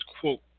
quote